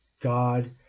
God